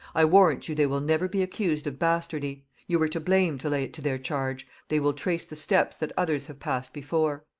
i warrant you they will never be accused of bastardy you were to blame to lay it to their charge, they will trace the steps that others have passed before.